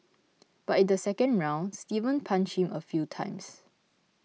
but in the second round Steven punched him a few times